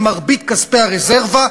מרבית כספי הרזרבה,